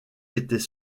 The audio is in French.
était